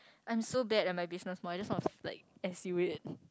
I am so bad at my business mine it's sound of like as it waste